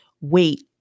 Wait